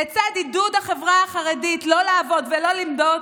לצד עידוד החברה החרדית לא לעבוד ולא ללמוד,